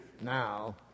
now